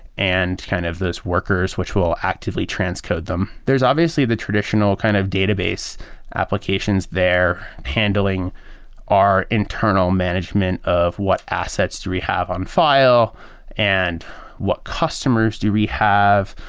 and kind of these workers which will actively transcode them. there's obviously the traditional kind of database applications there handling our internal management of what assets do we have on file and what customers do we have.